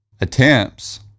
attempts